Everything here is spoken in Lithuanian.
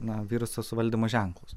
na viruso suvaldymo ženklus